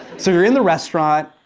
so, you're in the restaurant.